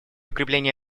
укрепления